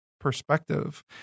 perspective